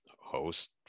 host